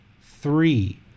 Three